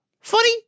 Funny